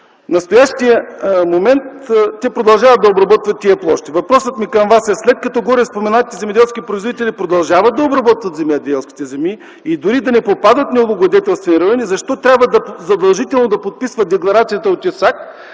настоящия момент те продължават да обработват тези площи. Въпросът ми към Вас е: след като гореспоменатите земеделски производители продължават да обработват земеделски земи и дори да не попадат в необлагодетелстваните райони, защо трябва задължително да подписват декларацията от ИСАК,